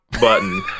button